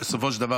בסופו של דבר,